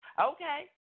Okay